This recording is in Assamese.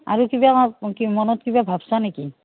আৰু কিবা কি মনত কিবা ভাবিছা নেকি